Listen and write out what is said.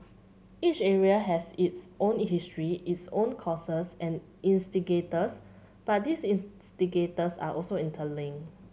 each area has its own history its own causes and instigators but these instigators are also interlink